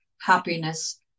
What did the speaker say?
happiness